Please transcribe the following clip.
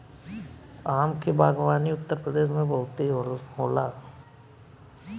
आम के बागवानी उत्तरप्रदेश में बहुते होला